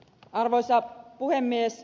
arvoisa puhemies